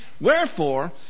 Wherefore